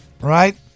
right